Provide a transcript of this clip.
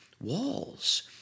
walls